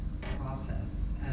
process